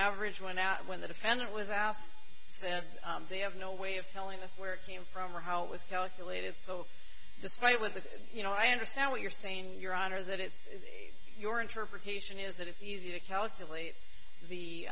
average went out when the defendant was asked said they have no way of telling us where it came from or how it was calculated so just right with the you know i understand what you're saying your honor that it's your interpretation is that it's easy to calculate the